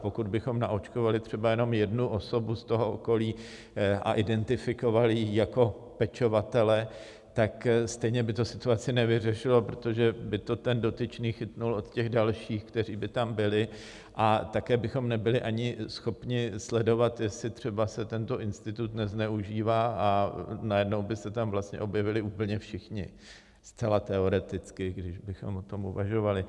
Pokud bychom naočkovali třeba jenom jednu osobu z toho okolí a identifikovali ji jako pečovatele, tak stejně by to situaci nevyřešilo, protože by to ten dotyčný chytl od těch dalších, kteří by tam byli, a také bychom nebyli ani schopni sledovat, jestli se třeba tento institut nezneužívá a najednou by se tam vlastně objevili úplně všichni, zcela teoreticky, když bychom o tom uvažovali.